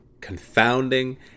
confounding